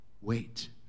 wait